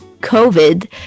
COVID